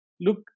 look